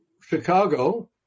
Chicago